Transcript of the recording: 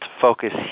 focus